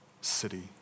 city